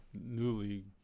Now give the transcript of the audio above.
newly